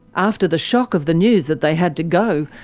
after the shock of the news that they had to go,